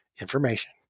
information